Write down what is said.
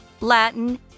Latin